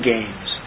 Games